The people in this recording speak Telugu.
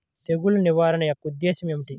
తెగులు నిర్వహణ యొక్క ఉద్దేశం ఏమిటి?